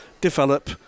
develop